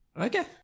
Okay